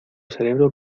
cerebro